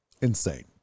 insane